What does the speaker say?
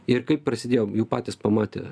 ir kai prasidėjo jau patys pamatė